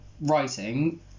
writing